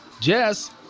Jess